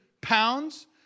pounds